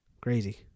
Crazy